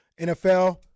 NFL